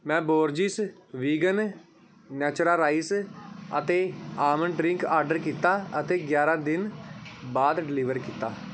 ਮੈਂ Borges vegan Natura rice ਅਤੇ almond drink order ਕੀਤਾ ਅਤੇ ਗਿਆਰ੍ਹਾਂ ਦਿਨਾਂ ਬਾਅਦ ਡਿਲੀਵਰ ਕੀਤਾ